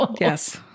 Yes